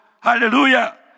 hallelujah